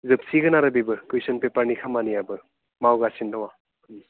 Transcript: जोबसिगोन आरो बेबो कुइसन पेपारनि खामानियाबो मावगासिनो दङ